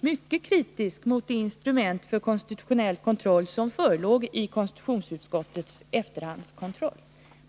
mycket kritisk mot de instrument för konstitutionell kontroll som förelåg i konstitutionsutskottets efterhandskontroll.